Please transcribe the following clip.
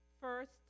First